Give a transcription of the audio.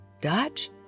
Dutch